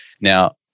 Now